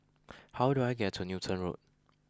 how do I get to Newton Road